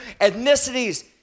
ethnicities